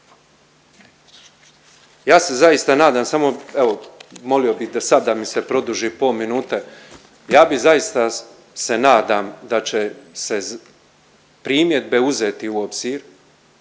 Ja se zaista nadam samo evo molio da sad da mi se produži pol minute da bi zaista se nadam da će se primjedbe uzeti u obzir,